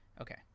okay